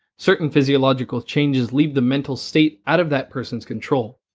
certain physiological changes leave the mental state out of that person's control.